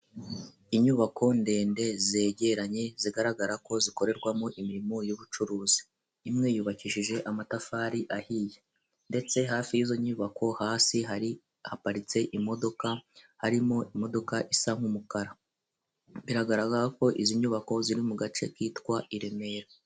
Inyubako ndende zegeranye zigaragara ko zikorerwamo imirimo y'ubucuruzi, imwe yubakishije amatafari ahiye ndetse hafi y'izo nyubako hasi hari haparitse imodoka, harimo imodoka isa nk'umukara, biragaragara ko izi nyubako ziri mu gace kitwa i Remera.